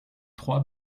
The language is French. trois